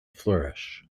flourish